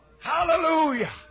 Hallelujah